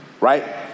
right